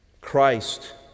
Christ